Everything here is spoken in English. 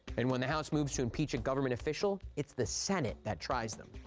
and when the house moves to impeach a government official, it's the senate that tries them.